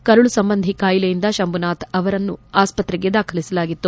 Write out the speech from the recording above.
ಕರಳು ಸಂಬಂಧಿ ಕಾಯಿಲೆಯಿಂದ ಶಂಭುನಾಥ್ ಅವರನ್ನು ಆಸ್ಪತ್ರೆಗೆ ದಾಖಲಿಸಲಾಗಿತ್ತು